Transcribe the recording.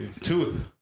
tooth